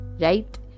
right